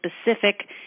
specific